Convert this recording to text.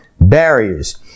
Barriers